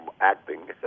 acting